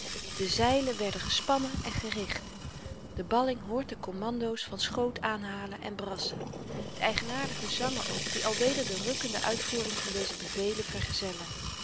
de zeilen werden gespannen en gericht de balling hoort de kommandoos van schoot aanhalen en brassen de eigenaardige zangen ook die alweder de rukkende uitvoering van deze bevelen vergezellen